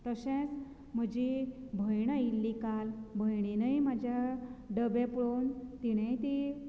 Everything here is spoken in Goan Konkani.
तशेंच म्हजी भयण आयिल्ली काल भयणीनय म्हज्या डबे पळोवन तिणेय ती